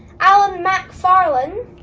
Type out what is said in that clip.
alan macfarlane,